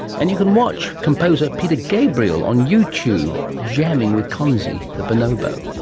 and you can watch composer peter gabriel on youtube jamming with kanzi the bonobo